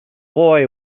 boy